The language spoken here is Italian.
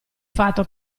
fatto